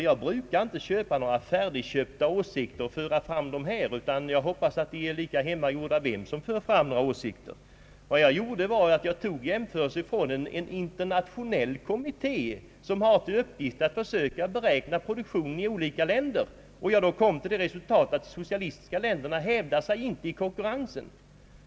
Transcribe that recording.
Jag brukar inte köpa några färdiga åsikter och föra fram dem här, och jag hoppas att allas åsikter är lika hemmagjorda. Jag tog jämförelser från en internationell kommitté, som har till uppgift att försöka beräkna produktionen i olika länder. Jag kom då till resultatet, att de socialistiska länderna inte hävdar sig i konkurrensen.